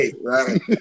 Right